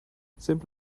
simple